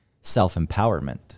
self-empowerment